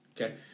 Okay